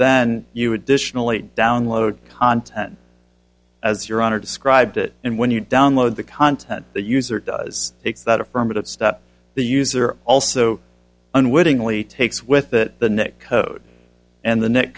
then you additionally download content as your own or described it and when you download the content the user does takes that affirmative steps the user also unwittingly takes with that the neck code and the net